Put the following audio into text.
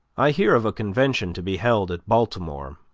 i hear of a convention to be held at baltimore,